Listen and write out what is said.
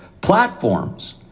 platforms